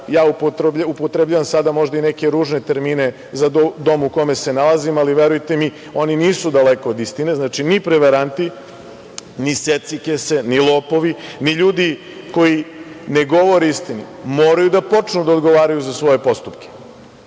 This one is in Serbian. upotrebljavam sada možda neke ružne termine za dom u kome se nalazim, ali verujte mi, oni nisu daleko od istine, znači, ni prevaranti, ni secikese, ni lopovi, ni ljudi koji ne govore istinu, moraju da počnu da odgovaraju za svoje postupke.